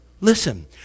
Listen